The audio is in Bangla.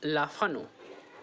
লাফানো